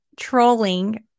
trolling